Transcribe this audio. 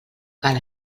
cal